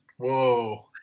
Whoa